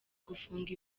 gufungwa